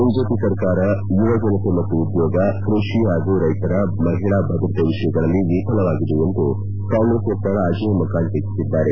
BJP ಸರ್ಕಾರ ಯುವಜನತೆ ಮತ್ತು ಉದ್ಯೋಗ ಕೈಷಿ ಹಾಗೂ ಕೈತರ ಮಹಿಳಾ ಭದ್ರತೆ ವಿಷಯಗಳಲ್ಲಿ ವಿಫಲವಾಗಿದೆ ಎಂದು ಕಾಂಗ್ರೆಸ್ ವಕಾರ ಅಜಯ್ ಮಕಾನ್ ಟೀಕಿಸಿದ್ದಾರೆ